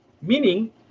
meaning